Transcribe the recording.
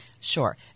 Sure